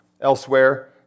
elsewhere